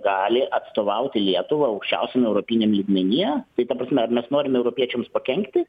gali atstovauti lietuvą aukščiausiam europiniam lygmenyje tai ta prasme ar mes norime europiečiams pakenkti